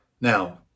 Now